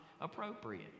appropriate